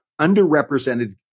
underrepresented